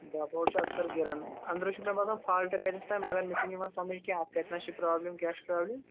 drop out چھِ اکثر گِرَن أنٛدرٕ چھِ مےٚ باسان فالٹ کَتیتھ تام مگر مےٚ چھُنہٕ یِوان سمجھ کیٚنہہ اَتھ کَتنَس چھِ پرابلِم کیٛاہ چھِ پرابلِم